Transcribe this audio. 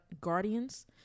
Guardians